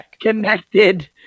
connected